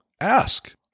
ask